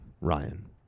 Ryan